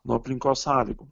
nuo aplinkos sąlygų